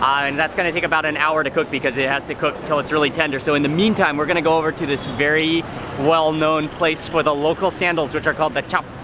and that's going to take about an hour to cook because it has to cook until it's really tender. so in the meantime we're going to go over to this really well-known place where the local sandals, which are called the